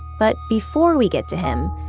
but before we get to him,